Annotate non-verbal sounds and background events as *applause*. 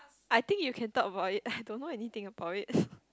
I think you can talk about it I don't know anything about it *laughs*